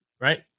right